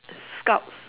scouts